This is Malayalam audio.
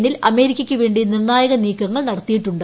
എന്നിൽ അമേരിക്കയ്ക്കുവേണ്ടി നിർണായക നീക്കങ്ങൾ നടത്തിയിട്ടുണ്ട്